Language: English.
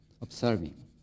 observing